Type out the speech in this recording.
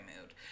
mood